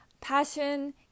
passion